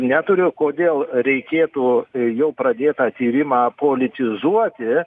neturiu kodėl reikėtų jau pradėtą tyrimą politizuoti